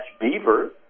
beaver